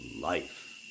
life